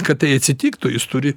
kad tai atsitiktų jis turi